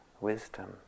wisdom